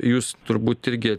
jūs turbūt irgi